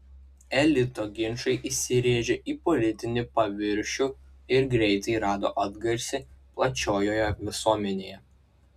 elito ginčai įsirėžė į politinį paviršių ir greitai rado atgarsį plačiojoje visuomenėje